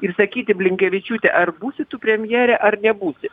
ir sakyti blinkevičiūte ar būsi tu premjere ar nebūsi